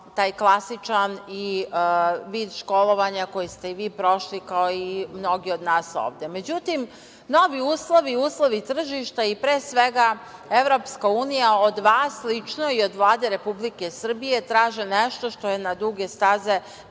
taj klasičan vid školovanja koji ste i vi prošli, kao i mnogi od nas ovde. Međutim, novi uslovi, uslovi tržišta i, pre svega, EU od vas lično i od Vlade Republike Srbije traže nešto što je na duge staze